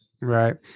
Right